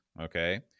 Okay